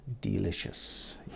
delicious